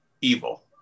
evil